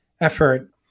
effort